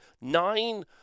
Nine